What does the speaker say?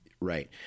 right